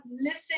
listen